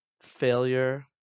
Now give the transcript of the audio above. Failure